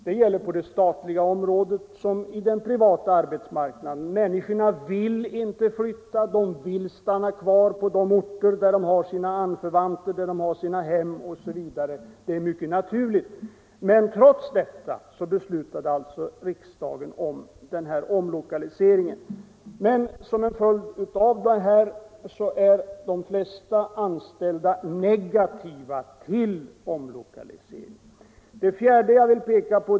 Det gäller på det statliga området lika väl som på den privata arbetsmarknaden att människorna inte vill flytta — de vill stanna kvar på de orter där de har sina anförvanter, sina hem osv. Det är mycket naturligt. Trots detta beslutade emellertid riksdagen om denna omlokalisering. Men som sagt: de flesta anställda är negativa till omlokaliseringen.